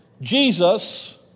Jesus